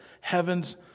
heaven's